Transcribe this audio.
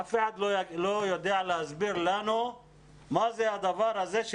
אף אחד לא יודע להסביר לנו מה זה הדבר הזה.